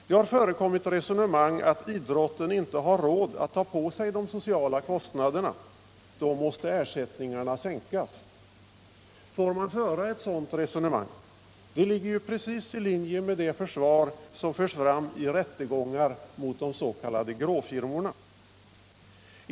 Det har förekommit resonemang om att idrotten inte har råd att ta på sig de sociala kostnaderna — då måste ersättningarna sänkas. Får man föra ett sådant resonemang? Det ligger ju precis i linje med det försvar som förs fram i rättegångarna mot de s.k. gråfirmorna.